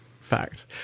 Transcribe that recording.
fact